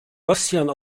rosjan